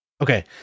okay